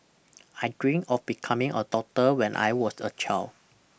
I dreamt of becoming a doctor when I was a child